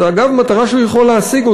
זו, אגב, מטרה שהוא יכול להשיג.